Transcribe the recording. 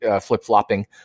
flip-flopping